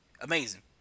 Amazing